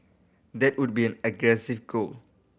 that would be aggressive goal